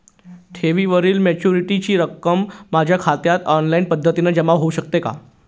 ठेवीवरील मॅच्युरिटीची रक्कम माझ्या खात्यात ऑनलाईन पद्धतीने जमा होऊ शकते का?